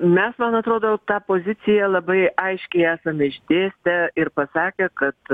mes man atrodo tą poziciją labai aiškiai esame išdėstę ir pasakę kad